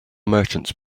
merchants